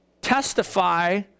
testify